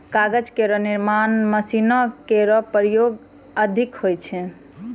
कागज केरो निर्माण म मशीनो केरो प्रयोग अधिक होय छै